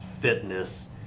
fitness